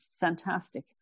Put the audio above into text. fantastic